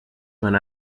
when